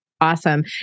Awesome